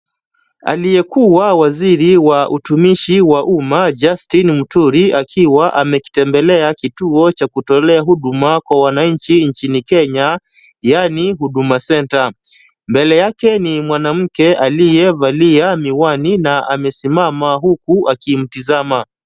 Aliyekuwa waziri wa utumishi wa umma Justin Muturi akiwa amekitembelea kituo cha kutolea huduma kwa wananchi nchini Kenya yani huduma senta. Mbele yake ni mwanamke aliyevalia miwani na amesimama huku akimtazama.